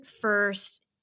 first